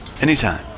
Anytime